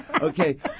Okay